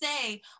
say